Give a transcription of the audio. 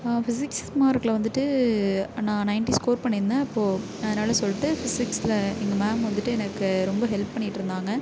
physics மார்கில் வந்துட்டு நான் நைன்ட்டி ஸ்கோர் பண்ணியிருந்தேன் அப்போது அதனால் சொல்லிட்டு ஃபிசிக்ஸில் எங்கள் மேம் வந்துட்டு எனக்கு ரொம்ப ஹெல்ப் பண்ணிகிட்டு இருந்தாங்க